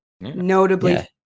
Notably